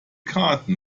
karten